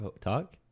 Talk